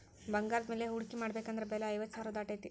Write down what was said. ಬಂಗಾರದ ಮ್ಯಾಲೆ ಹೂಡ್ಕಿ ಮಾಡ್ಬೆಕಂದ್ರ ಬೆಲೆ ಐವತ್ತ್ ಸಾವ್ರಾ ದಾಟೇತಿ